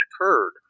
occurred